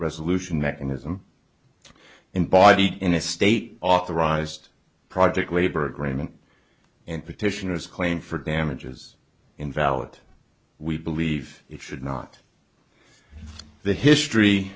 resolution mechanism embodied in a state authorized project labor agreement and petitioners claim for damages invalid we believe it should not the history